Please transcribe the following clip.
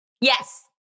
Yes